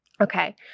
Okay